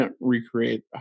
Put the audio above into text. recreate